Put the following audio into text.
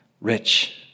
rich